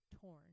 torn